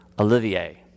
Olivier